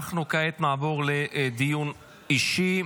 כעת נעבור לדיון אישי.